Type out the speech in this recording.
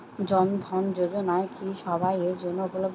জন ধন যোজনা কি সবায়ের জন্য উপলব্ধ?